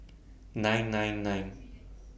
nine nine nine